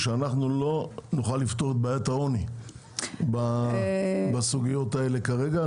אנחנו לא נוכל לפתור את בעיית העוני בסוגיות האלה כרגע.